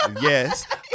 yes